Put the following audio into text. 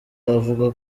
avuga